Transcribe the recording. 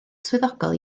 swyddogol